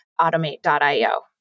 automate.io